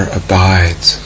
abides